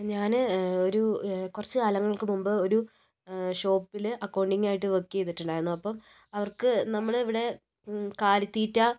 ഞാൻ ഒരു കുറച്ച് കാലങ്ങൾക്ക് മുൻപ് ഒരു ഷോപ്പിൽ അക്കൗണ്ടിങ്ങായിട്ട് വർക്ക് ചെയ്തിട്ടുണ്ടായിരുന്നു അപ്പം അവർക്ക് നമ്മളിവിടെ കാലിത്തീറ്റ